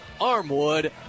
Armwood